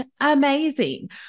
amazing